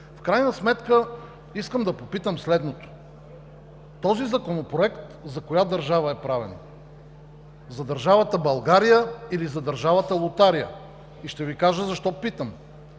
В крайна сметка искам да попитам следното: този законопроект за коя държава е правен – за държавата България или за държавата Лотария? Ще Ви кажа защо питам.